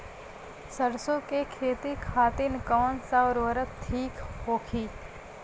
सरसो के खेती खातीन कवन सा उर्वरक थिक होखी?